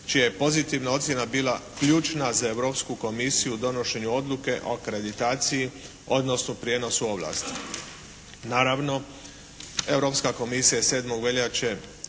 čija je pozitivna ocjena bila ključna za Europsku komisiju o donošenju odluke o akreditaciji odnosno prijenosu ovlasti. Naravno, Europska komisija je 7. veljače